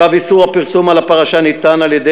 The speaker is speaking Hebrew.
צו איסור הפרסום על הפרשה ניתן על-ידי